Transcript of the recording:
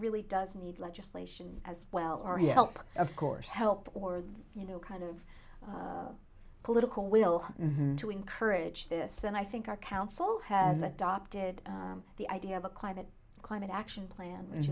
really does need legislation as well or help of course help or you know kind of political will to encourage this and i think our council has adopted the idea of a climate climate action plan